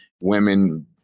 women